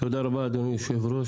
תודה רבה, אדוני היושב-ראש.